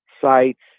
sites